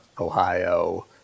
Ohio